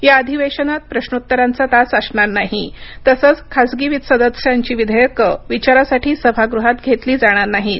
या अधिवेशनात प्रश्नोत्तरांचा तास असणार नाही तसंच खासगी सदस्यांची विधेयकं विचारासाठी सभागृहात घेतली जाणार नाहीत